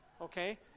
okay